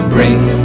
Bring